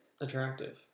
attractive